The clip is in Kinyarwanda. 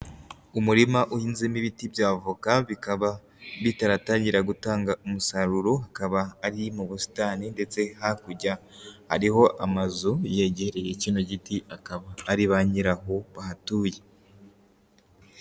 Umurima uhinzemo ibiti bya avoka, bikaba bitaratangira gutanga umusaruro, akaba ari mu busitani ndetse hakurya hariho amazu yegereye kino giti akaba ari ba nyiraho bahatuye.